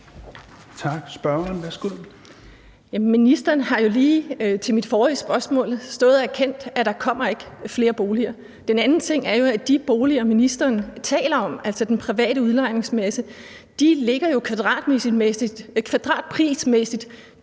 ministeren har jo lige ved mit forrige spørgsmål stået og erkendt, at der ikke kommer flere boliger. En anden ting er jo, at de boliger, som ministeren taler om, altså boliger i den private udlejningsmasse, kvadratmeterprismæssigt